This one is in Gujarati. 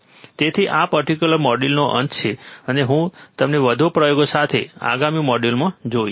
તેથી આ પર્ટીક્યુલર મોડ્યુલનો અંત છે અને હું તમને વધુ પ્રયોગો સાથે આગામી મોડ્યુલમાં જોઈશ